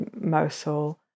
Mosul